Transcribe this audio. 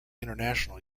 international